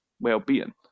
well-being